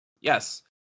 yes